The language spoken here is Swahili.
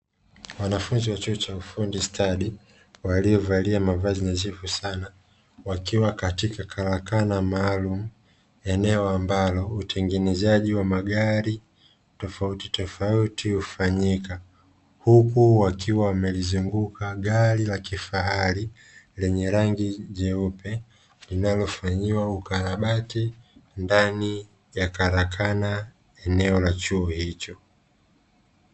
Wanafunzi wa chuo cha ufundi stadi waliovalia mavazi nadhifu sana wakiwa katika karakana maalumu, eneo ambalo utengenezaji wa magari tofautitofauti hufanyika, huku wakiwa wamelizunguka gari la kifahari lenye rangi jeupe linalofanyiwa ukarabati ndani ya karakana eneo la chuo hicho.